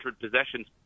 possessions